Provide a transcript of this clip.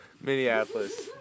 Minneapolis